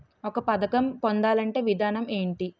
ఒక పథకం పొందాలంటే విధానం ఏంటి?